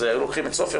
היו לוקחים את סופר,